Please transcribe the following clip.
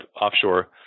offshore